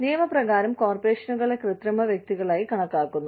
നിയമപ്രകാരം കോർപ്പറേഷനുകളെ കൃത്രിമ വ്യക്തികളായി കണക്കാക്കുന്നു